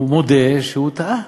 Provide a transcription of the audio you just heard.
הוא מודה שהוא טעה.